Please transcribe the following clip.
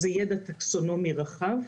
צריך יידע טקסונומי רחב,